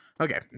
Okay